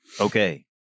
Okay